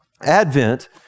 Advent